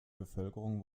bevölkerung